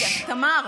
תמר,